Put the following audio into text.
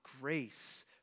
grace